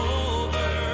over